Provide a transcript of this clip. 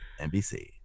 NBC